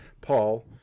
Paul